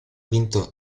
vinto